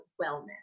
wellness